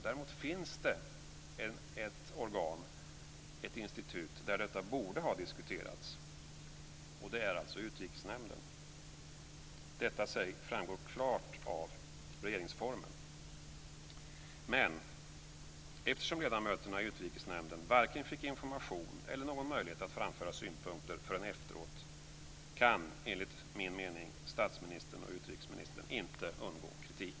Däremot finns det ett organ, ett institut, där detta borde ha diskuterats. Det är Utrikesnämnden. Detta framgår klart av regeringsformen. Eftersom ledamöterna i Utrikesnämnden varken fick information eller någon möjlighet att framföra synpunkter förrän efteråt kan enligt min mening statsministern och utrikesministern inte undgå kritik.